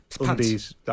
undies